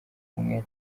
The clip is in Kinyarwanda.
kumwe